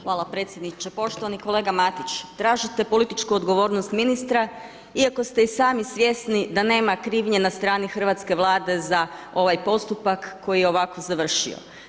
Hvala predsjedniče, poštovani kolega Matić tražite političku odgovornost ministra iako ste i sami svjesni da nema krivnje na strani Hrvatske vlade za ovaj postupak koji je ovako završio.